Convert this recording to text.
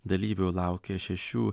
dalyvių laukė šešių